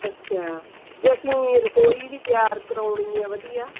ਅੱਛਾ ਅਤੇ ਅਸੀਂ ਰਸੋਈ ਵੀ ਤਿਆਰ ਕਰਾਉਣੀ ਹੈ ਵਧੀਆ